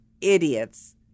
idiots